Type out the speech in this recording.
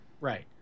Right